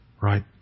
right